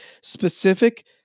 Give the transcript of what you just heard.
specific